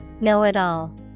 Know-it-all